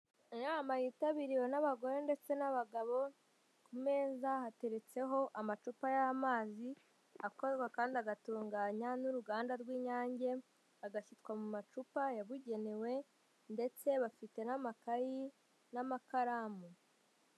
Inama yitabiriwe n'abagore ndetse n'abagabo, ku meza hateretseho amacupa y'amazi, akorwa kandi agatunganywa n'uruganda rw'Inyange, agashyirwa mu macupa yabugenewe ndetse bafite n'amakayi n'amakaramu.